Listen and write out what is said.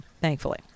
thankfully